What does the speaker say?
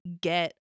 get